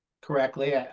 correctly